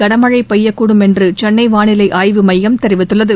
கனமழை பெய்யக்கூடும் என்று சென்னை வானிலை ஆய்வு மையம் தெரிவித்துள்ளது